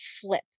flip